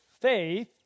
faith